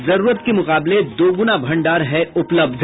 जरूरत के मुकाबले दोगुना भंडार है उपलब्ध